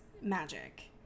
magic